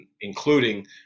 including